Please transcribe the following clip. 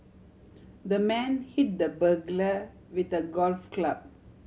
the man hit the burglar with a golf club